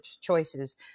choices